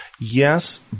Yes